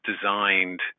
designed